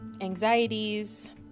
anxieties